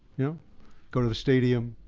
yeah go to the stadium,